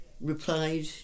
replied